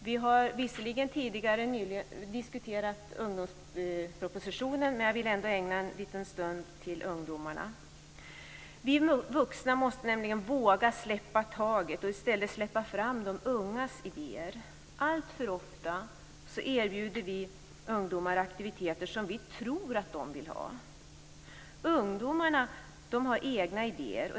Vi har visserligen nyligen diskuterat ungdomspropositionen, men jag vill ändå ägna en liten stund åt ungdomarna. Vi vuxna måste våga släppa taget och i stället släppa fram de ungas idéer. Alltför ofta erbjuder vi ungdomar aktiviteter som vi tror att de vill ha. Ungdomarna har egna idéer.